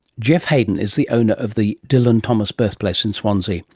geoff haden is the owner of the dylan thomas birthplace in swansea.